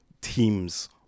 teams